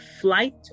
flight